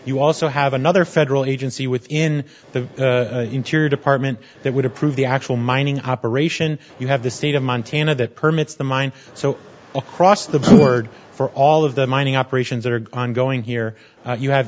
you also have another federal agency within the interior department that would approve the actual mining operation you have the state of montana that permits the mine so across the board for all of the mining operations that are going on going here you have